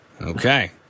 Okay